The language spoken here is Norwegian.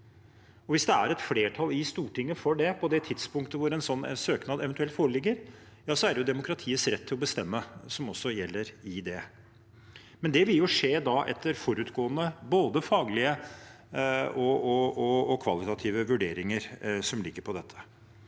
hvis det er et flertall i Stortinget for det på det tidspunktet hvor en sånn søknad eventuelt foreligger – ja, så er det jo demokratiets rett til å bestemme som også gjelder i det. Men det vil jo skje etter forutgående både faglige og kvalitative vurderinger. Så stiller representanten